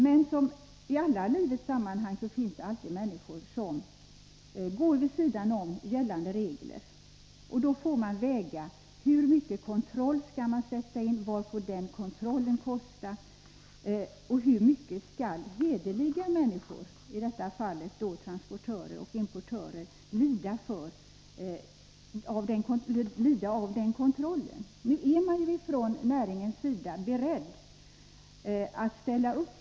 Men som i alla livets sammanhang finns det alltid människor som går vid sidan av gällande regler. Då får man göra en avvägning när det gäller hur mycket kontroll man skall sätta in, hur mycket kontrollen får kosta och hur mycket hederliga människor — i detta fall transportörer och importörer — skall behöva lida av den kontrollen. Nu är man från näringens sida beredd att ställa upp.